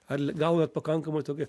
ar l gaunat pakankamai tokio